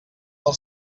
del